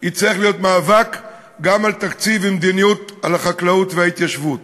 יצטרך להיות מאבק גם על תקציב ומדיניות החקלאות וההתיישבות.